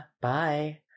bye